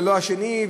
השני,